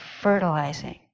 fertilizing